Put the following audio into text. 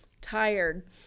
tired